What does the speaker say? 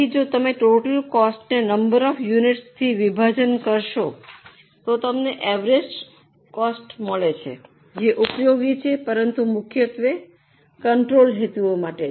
તેથી જો તમે ટોટલ કોસ્ટને નંબર ઑફ યુનિટની થી વિભાજન કરો તો તમને અવેરેંજ કોસ્ટ મળે છે જે ઉપયોગી છે પરંતુ મુખ્યત્વે કંટ્રોલ હેતુઓ માટે